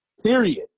Period